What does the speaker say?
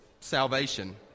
salvation